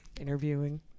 Interviewing